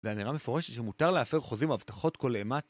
ואמירה מפורשת שמותר להפר חוזים והבטחות כל אימת